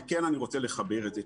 ואני כן רוצה לחבר את זה,